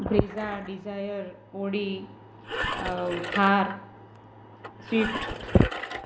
Brezza desire Audi Thar swift